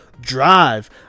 Drive